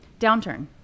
downturn